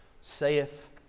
saith